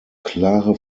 klare